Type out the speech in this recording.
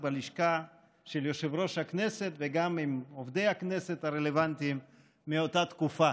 בלשכה של יושב-ראש הכנסת וגם עם עובדי הכנסת הרלוונטיים מאותה תקופה.